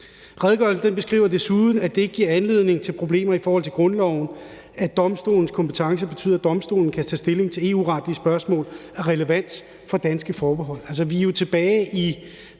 Redegørelsen beskriver desuden, at det ikke giver anledning til problemer i forhold til grundloven, at domstolens kompetence betyder, at domstolene kan tage stilling til EU-retlige spørgsmål af relevans for danske forbehold.